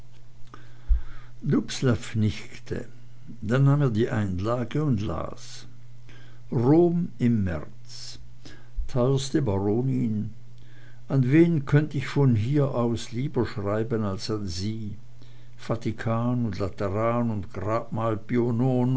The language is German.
dann nahm er die einlage und las rom im märz teuerste baronin an wen könnt ich von hier aus lieber schreiben als an sie vatikan und lateran und grabmal